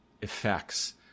effects